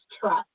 trust